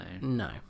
No